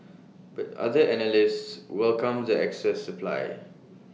but other analysts welcomed the excess supply